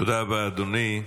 תודה רבה, אדוני.